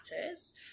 Matters